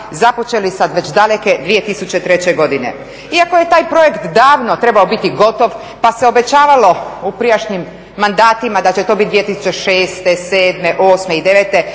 započeli sad već daleke 2003. godine. Iako je taj projekt davno trebao biti gotov pa se obećavalo u prijašnjim mandatima da će to biti 2006., 2007,